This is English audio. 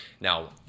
Now